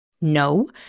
No